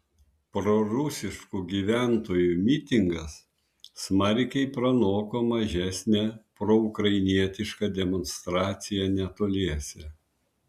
prorusiškų gyventojų mitingas smarkiai pranoko mažesnę proukrainietišką demonstraciją netoliese